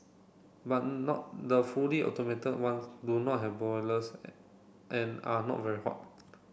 but not the fully automated ones do not have boilers and are not very hot